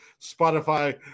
Spotify